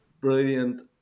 brilliant